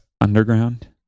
Underground